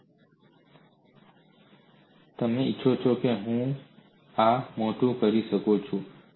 જો તમે ઇચ્છો તો હું આ મોટું કરી શકું છું